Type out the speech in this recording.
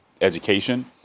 education